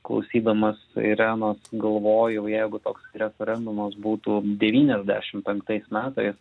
klausydamas irenos galvojau jeigu toks referendumas būtų devyniasdešim penktais metais